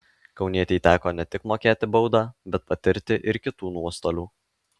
kaunietei teko ne tik mokėti baudą bet patirti ir kitų nuostolių